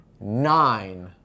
Nine